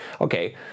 Okay